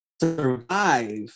survive